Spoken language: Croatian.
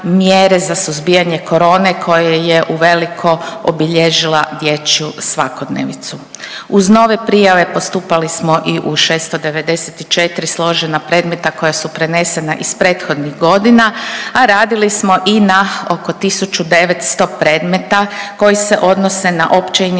za suzbijanje korone koje je uveliko obilježila dječju svakodnevicu. Uz nove prijave postupali smo i u 694 složena predmeta koja su prenesena iz prethodnih godina, a radili smo i na oko 1900 predmeta koji se odnose na opće